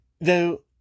Though